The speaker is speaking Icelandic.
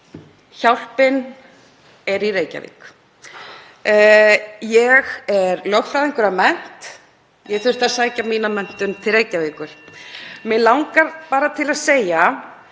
Hjálpin er í Reykjavík. Ég er lögfræðingur að mennt. Ég þurfti að sækja mína menntun til Reykjavíkur. (Forseti hringir.) Mig langar bara til að segja: